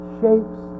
shapes